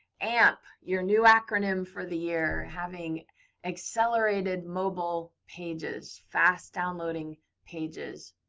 amp, your new acronym for the year. having accelerated mobile pages. fast downloading pages.